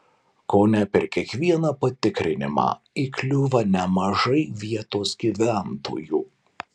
kone per kiekvieną patikrinimą įkliūva nemažai vietos gyventojų